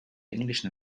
englischen